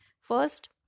first